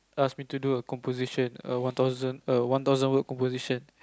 ask me to do a composition a one thousand a one thousand word composition